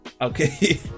Okay